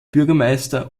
bürgermeister